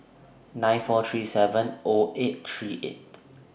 nine four three seven O eight three eight